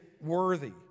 worthy